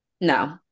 No